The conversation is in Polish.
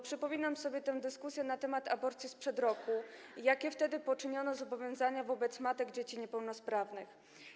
Przypominam sobie dyskusję na temat aborcji sprzed roku i to, jakie wtedy przyjęto zobowiązania wobec matek dzieci niepełnosprawnych.